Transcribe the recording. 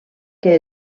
que